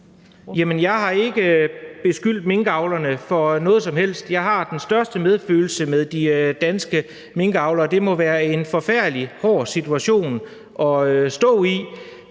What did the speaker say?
Jeg har ikke beskyldt minkavlerne for noget som helst. Jeg har den største medfølelse med de danske minkavlere. Det må være en forfærdelig hård situation at stå i.